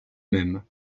mêmes